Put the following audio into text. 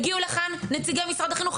הגיעו לכאן נציגי משרד החינוך,